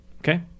okay